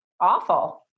awful